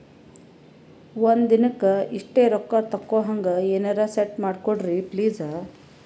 ಒಂದಿನಕ್ಕ ಇಷ್ಟೇ ರೊಕ್ಕ ತಕ್ಕೊಹಂಗ ಎನೆರೆ ಸೆಟ್ ಮಾಡಕೋಡ್ರಿ ಪ್ಲೀಜ್?